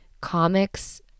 comics